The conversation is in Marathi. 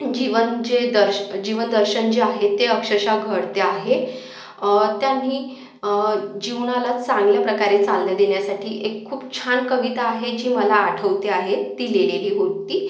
जीवन जे दर्श जीवन दर्शन जे आहे ते अक्षरश घडते आहे त्यांनी जीवनाला चांगल्या प्रकारे चालना देण्यासाठी एक खूप छान कविता आहे जी मला आठवते आहे ती लिहिलेली होती